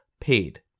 paid